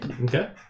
Okay